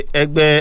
egbe